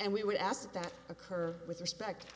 and we would ask that that occur with respect